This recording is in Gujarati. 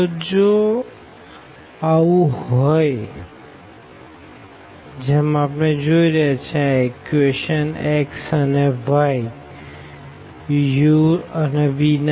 તો જો આવું હોઈ xuv અને yψuv